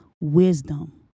wisdom